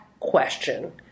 question